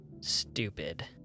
stupid